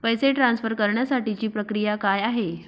पैसे ट्रान्सफर करण्यासाठीची प्रक्रिया काय आहे?